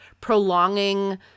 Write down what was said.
prolonging